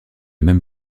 même